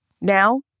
Now